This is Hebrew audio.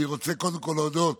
אני רוצה קודם כול להודות